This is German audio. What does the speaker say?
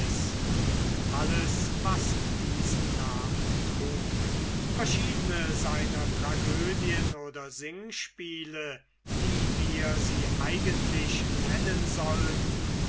und alles was diesen namen trug verschiedne seiner tragödien oder singspiele wie wir sie eigentlich nennen sollten